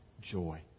joy